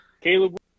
Caleb